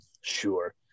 sure